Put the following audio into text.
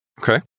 Okay